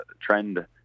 trend